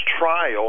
trial